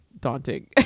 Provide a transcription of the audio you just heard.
daunting